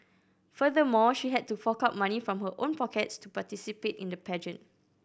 furthermore she had to fork out money from her own pockets to participate in the pageant